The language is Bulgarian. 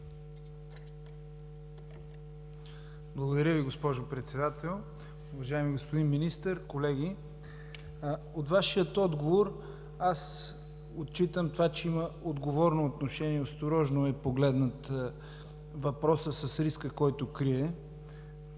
Благодаря Ви, госпожо Председател. Уважаеми господин Министър, колеги! От Вашия отговор аз отчитам това, че има отговорно отношение, осторожно е погледнат въпросът с риска, който крие